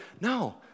No